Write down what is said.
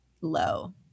low